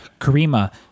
Karima